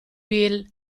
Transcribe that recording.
bill